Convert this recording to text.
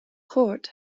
cort